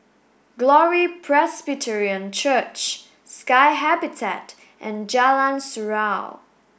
Glory Presbyterian Church Sky Habitat and Jalan Surau